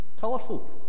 Colourful